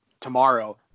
tomorrow